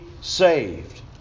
saved